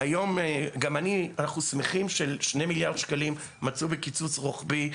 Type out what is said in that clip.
אנחנו שמחים ששני מיליארד שקלים מצאו בקיצוץ רוחבי,